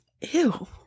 Ew